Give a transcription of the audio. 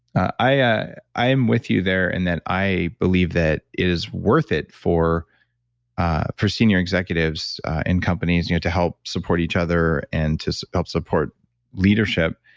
i i am with you there in and that i believe that it is worth it for ah for senior executives and companies you know to help support each other, and to help support leadership.